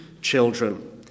children